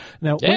Now